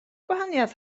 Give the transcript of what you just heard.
gwahaniaeth